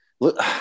look